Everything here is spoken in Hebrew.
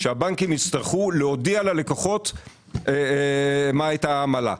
שהבנקים יצרכו להודיע ללקוחות מה הייתה העמלה.